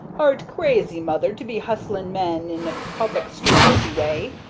art crazy, mother, to be hustling men in public street thiccy way?